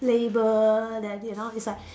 label that you know is like